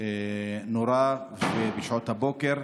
נורה בשעות הבוקר,